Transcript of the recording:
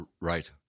Right